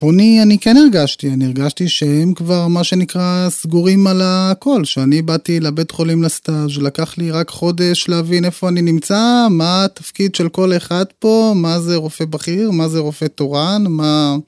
אני, אני כן הרגשתי, אני הרגשתי שהם כבר, מה שנקרא, סגורים על הכל. שאני באתי לבית חולים לסטאז' לקח לי רק חודש להבין איפה אני נמצא, מה התפקיד של כל אחד פה, מה זה רופא בכיר, מה זה רופא תורן, מה...